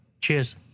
cheers